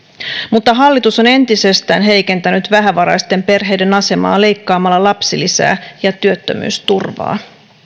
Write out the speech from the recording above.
mutta hallitus on entisestään heikentänyt vähävaraisten perheiden asemaa leikkaamalla lapsilisää ja työttömyysturvaa